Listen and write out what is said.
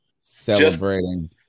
celebrating